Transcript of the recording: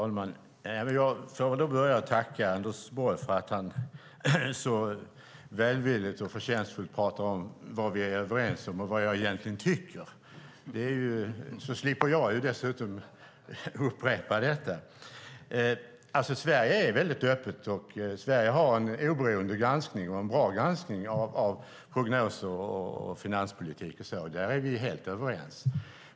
Herr talman! Jag får börja med att tacka Anders Borg för att han så välvilligt och förtjänstfullt pratar om vad vi är överens om och vad jag egentligen tycker. Då slipper jag upprepa detta. Sverige är öppet och har en oberoende och bra granskning av prognoser och finanspolitik. Där är vi helt överens.